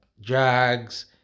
drugs